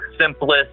simplest